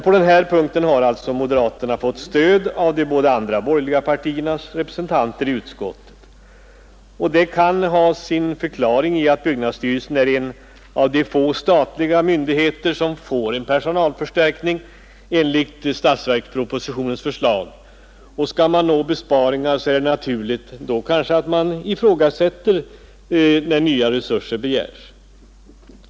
På denna punkt har alltså moderaterna fått stöd av de båda andra borgerliga partiernas representanter i utskottet, och det kan kanske ha sin förklaring i att byggnadsstyrelsen är en av de få statliga myndigheter som skulle erhålla en personalförstärkning enligt statsverkspropositionens förslag. Vill man nå besparingar är det kanske naturligt att man ifrågasätter behovet av de nya resurser som begärs.